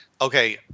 Okay